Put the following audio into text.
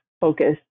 focus